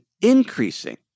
increasing